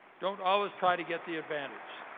don't always try to get the advantage.